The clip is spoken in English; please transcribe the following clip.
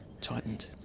tightened